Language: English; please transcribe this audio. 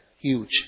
Huge